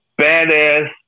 badass